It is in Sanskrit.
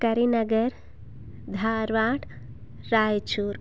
करिनगर् धार्वाड् रायचूर्